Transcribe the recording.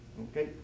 okay